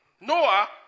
Noah